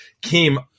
came